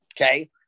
okay